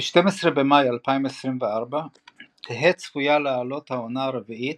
ב--12 במאי 2024 תהא צפויה לעלות העונה הרביעית,